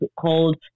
called